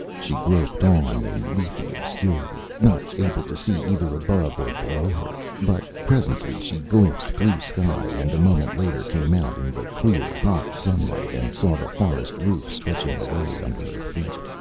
she groped on in leafy obscurity, not able to see either above or below her but presently she glimpsed blue sky, and a moment later came out in the clear, hot sunlight and saw the forest roof stretching away under her feet.